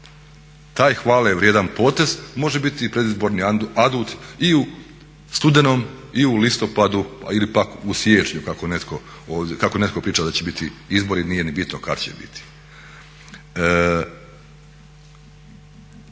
Taj hvale vrijedan potez može biti i predizborni adut i u studenom i u listopadu ili pak u siječnju kako netko priča da će biti izbori. Nije ni bitno kad će biti.